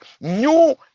new